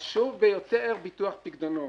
חשוב ביותר ביטוח פיקדונות.